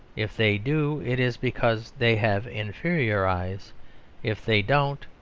if they do, it is because they have inferior eyes if they don't,